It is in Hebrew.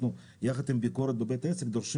יחד עם ביקורת בבית עסק אנחנו דורשים